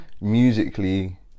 musically